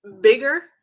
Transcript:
bigger